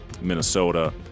Minnesota